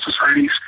societies